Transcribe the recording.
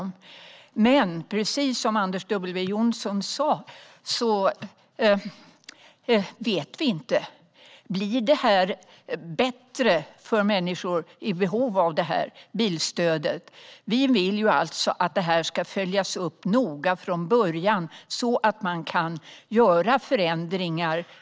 Men vi vet inte, precis som Anders W Jonsson sa, om det här blir bättre för människor i behov av bilstödet. Vi vill alltså att det här ska följas upp noga från början så att man kan göra förändringar.